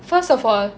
first of all